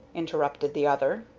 interrupted the other.